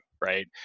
right